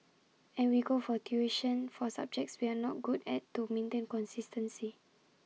and we go for tuition for subjects we are not good at to maintain consistency